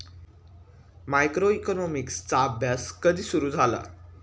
मायक्रोइकॉनॉमिक्सचा अभ्यास कधी सुरु झाला?